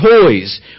toys